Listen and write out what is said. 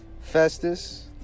Festus